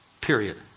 Period